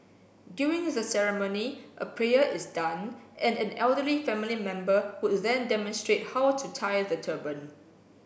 during the ceremony a prayer is done and an elderly family member would then demonstrate how to tie the turban